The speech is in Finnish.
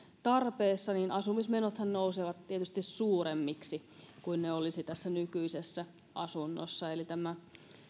tarpeessa joten asumismenothan nousevat tietysti suuremmiksi kuin ne olisivat tässä nykyisessä asunnossa eli ei tämä